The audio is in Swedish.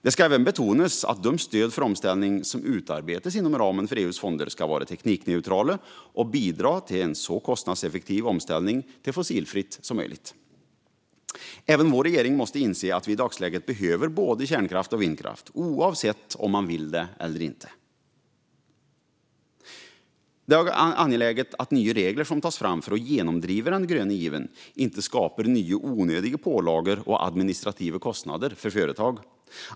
Det ska även betonas att de stöd för omställning som utarbetas inom ramen för EU:s fonder ska vara teknikneutrala och bidra till en så kostnadseffektiv omställning till fossilfritt som möjligt. Även vår regering måste inse att vi i dagsläget behöver både kärnkraft och vindkraft, oavsett om man vill det eller inte. Det är också angeläget att nya regler som tas fram för att genomdriva den gröna given inte skapar nya, onödiga pålagor och administrativa kostnader för företag.